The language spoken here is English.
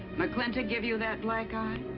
mclintock give you that black eye?